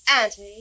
auntie